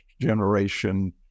generation